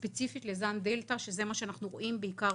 ספציפית לזן דלתא שזה מה שאנחנו רואים בעיקר